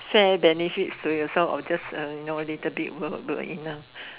fair benefits to yourself or just uh you know a little bit will will enough